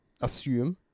assume